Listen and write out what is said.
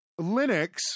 Linux